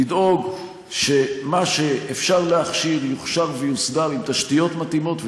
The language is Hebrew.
לדאוג שמה שאפשר להכשיר יוכשר ויוסדר עם תשתיות מתאימות,